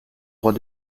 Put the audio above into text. droit